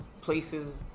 places